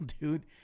dude